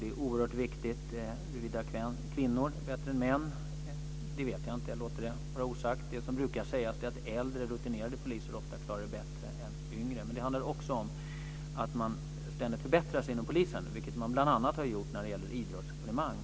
Det är oerhört viktigt. Huruvida kvinnor är bättre än män vet jag inte. Det låter jag vara osagt. Det som brukar sägas är att äldre, rutinerade poliser ofta klarar det bättre än yngre. Men det handlar också om att man ständigt förbättrar sig inom polisen, vilket man bl.a. har gjort när det gäller idrottsevenemang.